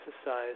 exercise